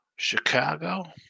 Chicago